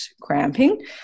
cramping